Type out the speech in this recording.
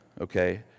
okay